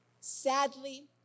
Sadly